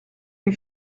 you